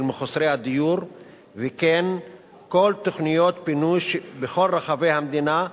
מחוסרי הדיור וכן את כל תוכניות הפינוי בכל רחבי המדינה,